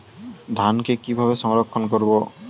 ধানকে কিভাবে সংরক্ষণ করব?